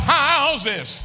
houses